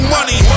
money